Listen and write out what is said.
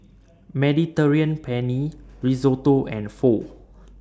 Mediterranean Penne Risotto and Pho